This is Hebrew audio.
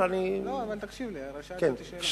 שאלת אותי שאלה.